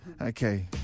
Okay